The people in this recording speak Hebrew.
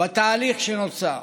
בתהליך שנוצר,